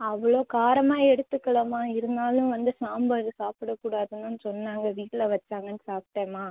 அவ்வள் காரமாக எடுத்துக்கலமா இருந்தாலும் வந்து சாம்பார் சாப்பிட கூடாதுன்னும் சொன்னாங்க வீட்டில் வச்சாங்கனு சாப்பிட்டேமா